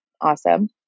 awesome